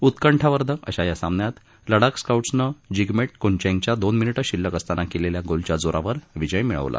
उत्कंटावर्धक अशा या सामन्यात लडाख स्काउट्सनं जिगमेट कुनजँगच्या दोन मिनिटं शिल्लक असताना केलेल्या गोलच्या जोरावर विजय मिळवला